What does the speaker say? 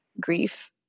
grief